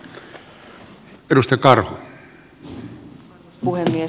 arvoisa puhemies